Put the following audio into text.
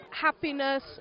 happiness